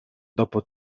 dopo